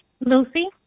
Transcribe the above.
Lucy